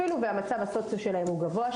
אפילו שהמצב הסוציו שלהם הוא גבוה,